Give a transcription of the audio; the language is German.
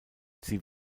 sie